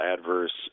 adverse